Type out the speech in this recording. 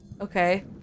okay